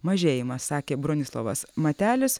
mažėjimas sakė bronislovas matelis